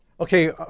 Okay